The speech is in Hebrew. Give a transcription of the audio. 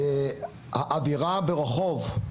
והאווירה ברחוב,